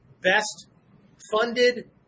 best-funded